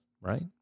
right